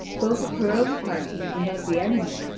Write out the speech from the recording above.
both of her own party and of the enemy,